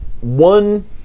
One